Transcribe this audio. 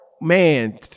man